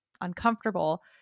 uncomfortable